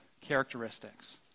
characteristics